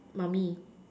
mummy